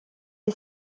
est